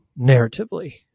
narratively